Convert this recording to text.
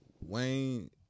Wayne